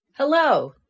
Hello